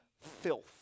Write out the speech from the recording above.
filth